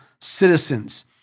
Citizens